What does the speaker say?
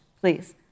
please